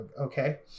Okay